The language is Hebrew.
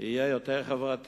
יהיה יותר חברתי,